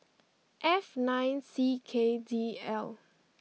F nine C K D L